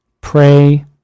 Pray